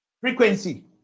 frequency